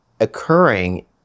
occurring